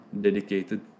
dedicated